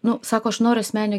nu sako aš noriu asmeninio